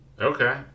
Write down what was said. Okay